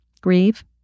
Grieve